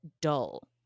dull